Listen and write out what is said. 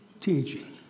teaching